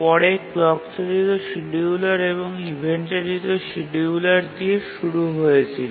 পরে ক্লক চালিত শিডিয়ুলার এবং ইভেন্ট চালিত শিডিয়ুলার দিয়ে শুরু হয়েছিল